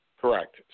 Correct